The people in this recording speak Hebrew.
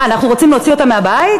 מה, אנחנו רוצים להוציא אותם מהבית?